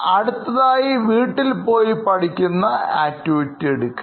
അടുത്തതായി വീട്ടിൽ പോയി പഠിക്കുന്ന ആക്ടിവിറ്റി എടുക്കാം